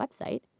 website